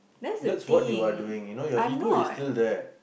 that's what you are doing you know your ego is still there